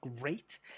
great